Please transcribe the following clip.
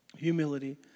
Humility